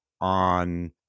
on